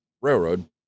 railroad